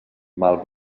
mal